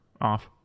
off